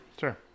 Sure